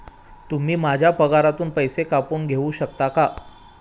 तुम्ही माझ्या पगारातून पैसे कापून घेऊ शकता का?